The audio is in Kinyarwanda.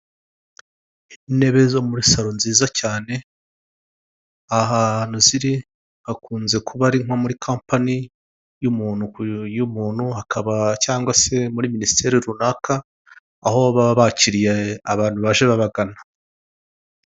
Intebe zo muri salo nziza cyane. Ahantu ziri hakunze kuba ari nko muri kompanyi y'umuntu, hakaba cyangwa se muri minisiteri runaka, aho baba bakiriye abantu baje babagana.